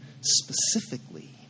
specifically